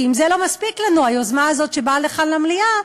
כי אם לא מספיקה לנו היוזמה הזאת שבאה לכאן למליאה,